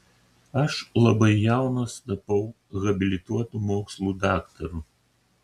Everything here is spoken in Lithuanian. aš labai jaunas tapau habilituotu mokslų daktaru